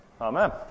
Amen